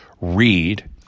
read